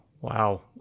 Wow